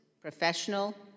professional